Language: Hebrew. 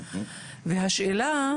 והשאלה,